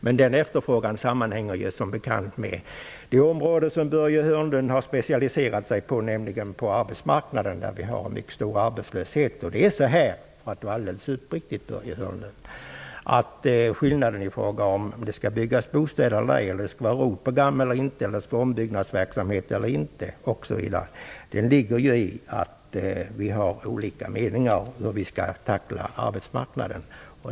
Men bristen på efterfrågan sammanhänger ju som bekant med det område som Börje Hörnlund har specialiserat sig på, nämligen arbetsmarknaden. Vi har ju en mycket stor arbetslöshet. Problemet med om det skall byggas bostäder eller ej, om det skall vara ROT-program eller inte och om det skall vara ombyggnadsverksamhet eller inte ligger i att vi har olika meningar om hur vi skall tackla arbetsmarknaden.